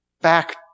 Back